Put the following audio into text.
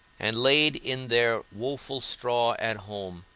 and laid in their woful straw at home